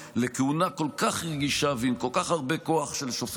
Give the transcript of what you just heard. לכהונה כל כך רגישה ועם כל כך הרבה כוח של שופט.